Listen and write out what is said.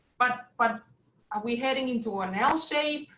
but but are we heading into an l shape,